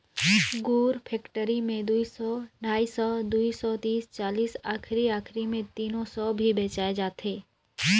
गुर फेकटरी मे दुई सौ, ढाई सौ, दुई सौ तीस चालीस आखिरी आखिरी मे तीनो सौ भी बेचाय जाथे